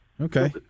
okay